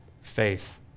faith